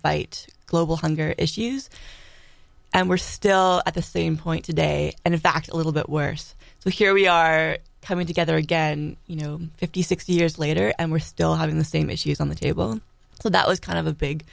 fight global hunger issues and we're still at the same point today and in fact a little bit worse so here we are coming together again you know fifty six years later and we're still having the same issues on the table so that was kind of a big